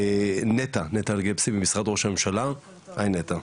נטע אלגבסי ממשרד ראש הממשלה, היי נטע,